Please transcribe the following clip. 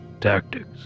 tactics